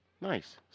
Nice